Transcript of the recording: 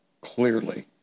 clearly